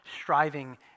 striving